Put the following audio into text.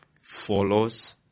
follows